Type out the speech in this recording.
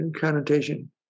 connotation